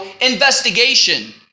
investigation